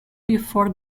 before